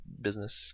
business